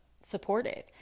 supported